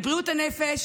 בבריאות הנפש